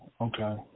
Okay